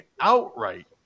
outright